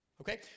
Okay